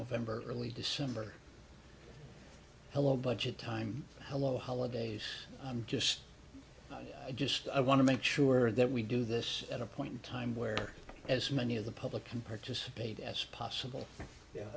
november early december hello budget time hello holidays i'm just i just i want to make sure that we do this at a point in time where as many of the public can participate as